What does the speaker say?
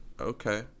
Okay